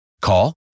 Call